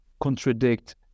contradict